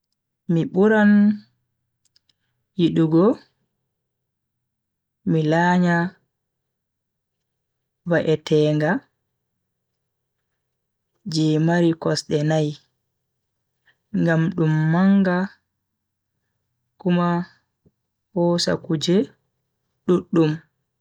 Mi buran yidugo mi lanya va'etenga je mari kosde nai. ngam dum manga Kuma hosa kuje duddum